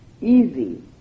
easy